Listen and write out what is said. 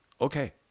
Okay